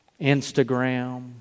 Instagram